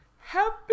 Happy